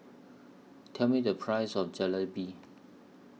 Tell Me The Price of Jalebi